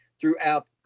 throughout